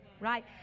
right